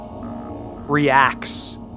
reacts